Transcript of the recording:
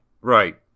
Right